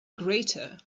greater